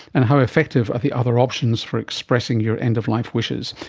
and how effective are the other options for expressing your end-of-life wishes?